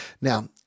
Now